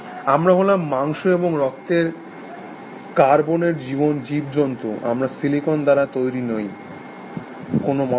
আমরা হলাম মাংস এবং রক্তের কার্বনের জীবজন্তু আমরা সিলিকন দ্বারা তৈরি নই কোনো মতামত